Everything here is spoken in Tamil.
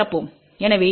எனவேV1AV2 BI2